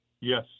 Yes